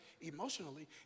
emotionally